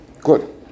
good